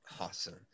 Awesome